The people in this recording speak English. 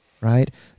right